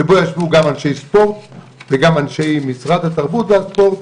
שבה ישבו גם אנשי ספורט וגם אנשי משרד התרבות והספורט,